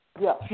Yes